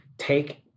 take